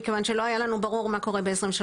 כיוון שלא היה לנו ברור מה קורה ב-2023.